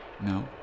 No